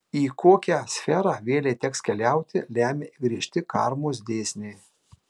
į kokią sferą vėlei teks keliauti lemia griežti karmos dėsniai